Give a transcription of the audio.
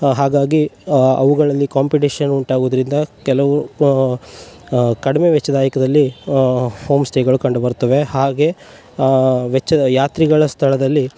ಹಾಗಾಗಿ ಅವುಗಳಲ್ಲಿ ಕಾಂಪಿಟೀಶನ್ ಉಂಟಾಗುದರಿಂದ ಕೆಲವು ಕಡಿಮೆ ವೆಚ್ಚದಾಯಕದಲ್ಲಿ ಹೋಮ್ ಸ್ಟೇಗಳು ಕಂಡು ಬರ್ತವೆ ಹಾಗೆ ವೆಚ್ಚ ಯಾತ್ರಿಗಳ ಸ್ಥಳದಲ್ಲಿ